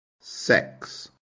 sex